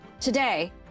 Today